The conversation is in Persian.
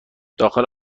داخل